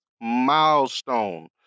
Milestone